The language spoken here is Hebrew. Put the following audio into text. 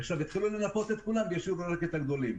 עכשיו התחילו לנפות את כולם והשאירו רק את הגדולים.